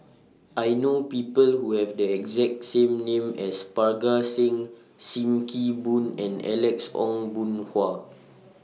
I know People Who Have The exact same name as Parga Singh SIM Kee Boon and Alex Ong Boon Hau